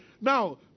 now